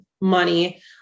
money